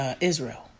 Israel